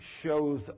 shows